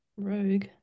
rogue